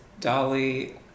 Dolly